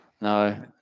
No